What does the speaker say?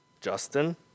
Justin